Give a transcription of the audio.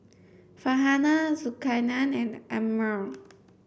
Farhanah Zulkarnain and Ammir